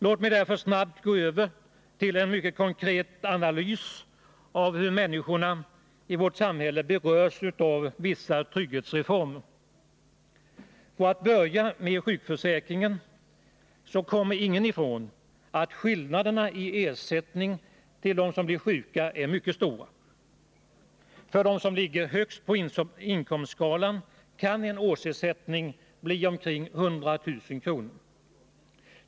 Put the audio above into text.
Låt mig därför snabbt gå över till en mycket konkret analys av hur människorna i vårt samhälle berörs av vissa trygghetsreformer. För att börja med sjukförsäkringen så kommer ingen ifrån att skillnaderna i ersättning till dem som blir sjuka är mycket stora. För dem som ligger högst på inkomstskalan kan en årsersättning bli omkring 100 000 kr.